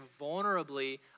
vulnerably